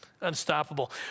Unstoppable